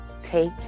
take